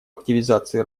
активизации